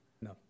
No